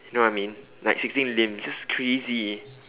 you know what I mean like sixteen limbs that's crazy